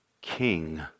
King